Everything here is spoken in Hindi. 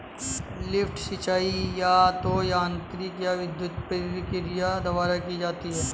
लिफ्ट सिंचाई या तो यांत्रिक या विद्युत प्रक्रिया द्वारा की जाती है